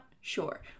Sure